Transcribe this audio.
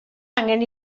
angen